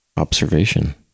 Observation